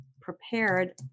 prepared